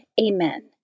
Amen